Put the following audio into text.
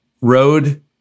road